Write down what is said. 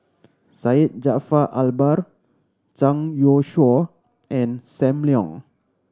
Syed Jaafar Albar Zhang Youshuo and Sam Leong